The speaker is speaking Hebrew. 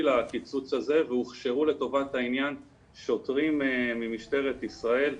לקיצוץ הזה והוכשרו לטובת העניין שוטרים ממשטרת ישראל,